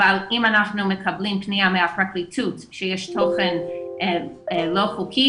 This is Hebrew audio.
אבל אם אנחנו מקבלים פנייה מהפרקליטות שיש תוכן לא חוקי